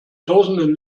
tausenden